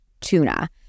tuna